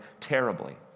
terribly